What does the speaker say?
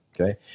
Okay